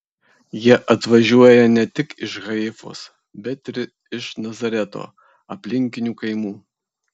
jie atvažiuoja ne tik iš haifos bet ir iš nazareto aplinkinių kaimų